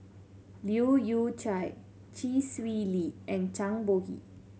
Leu Yew Chye Chee Swee Lee and Zhang Bohe